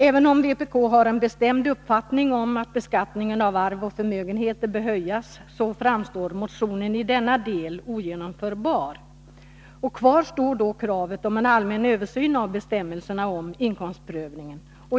Även om vpk har den bestämda uppfattningen att beskattningen av arv och förmögenheter bör höjas, framstår motionen i denna del som ogenomförbar. Kvar står kravet på en allmän översyn av bestämmelserna om inkomstprövningen.